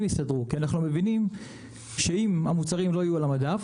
יסדרו כי אנחנו מבינים שאם המוצרים לא יהיו על המדף,